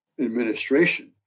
administration